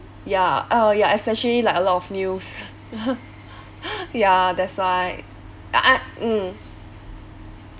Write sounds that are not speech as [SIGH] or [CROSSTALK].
ya uh ya especially like a lot of news [LAUGHS] ya that's why I mm